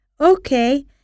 Okay